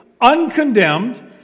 uncondemned